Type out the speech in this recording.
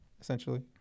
essentially